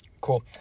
Cool